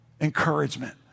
encouragement